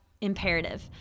imperative